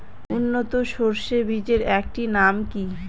উন্নত সরষে বীজের একটি নাম কি?